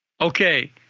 Okay